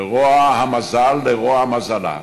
לרוע המזל, לרוע מזלה,